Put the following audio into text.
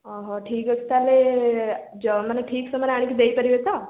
ଓହଃ ଠିକ୍ ଅଛି ତାହେଲେ ମାନେ ଠିକ୍ ସମୟରେ ଆଣିକି ଦେଇପାରିବେ ତ